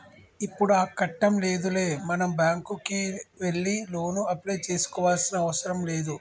ఇప్పుడు ఆ కట్టం లేదులే మనం బ్యాంకుకే వెళ్లి లోను అప్లై చేసుకోవాల్సిన అవసరం లేదు